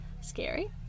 scary